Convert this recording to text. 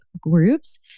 groups